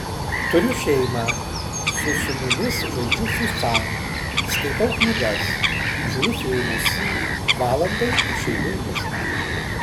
turiu šeimą su sūnumis žaidžiu fifa skaitau knygas žiūriu filmus valandai išeinu į mišką